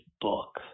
book